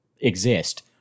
exist